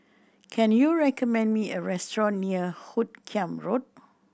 can you recommend me a restaurant near Hoot Kiam Road